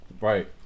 Right